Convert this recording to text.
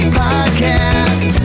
podcast